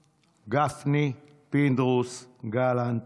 גפני, פינדרוס, גלנט.